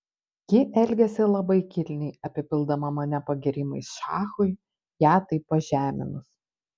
ji elgėsi labai kilniai apipildama mane pagyrimais šachui ją taip pažeminus